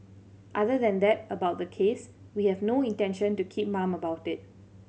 other than that about the case we have no intention to keep mum about it